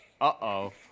Uh-oh